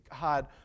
God